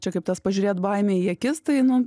čia kaip tas pažiūrėt baimei į akis tai nu